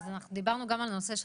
אז אנחנו דיברנו גם על הנושא של